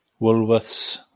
Woolworths